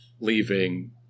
leaving